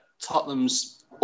Tottenham's